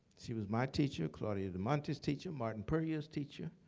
she was my teacher, claudia demonte's teacher, martin puryear's teacher,